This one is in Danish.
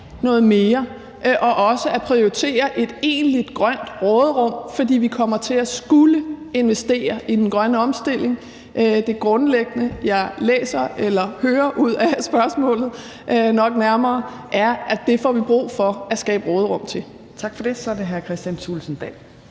noget mere og også at prioritere et egentlig grønt råderum, for vi kommer til at skulle investere i den grønne omstilling. Det grundlæggende, jeg læser – eller nok nærmere hører i spørgsmålet – er, at det får vi brug for at skabe råderum til. Kl. 14:00 Tredje næstformand